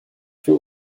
für